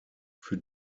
für